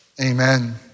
Amen